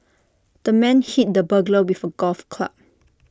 the man hit the burglar with A golf club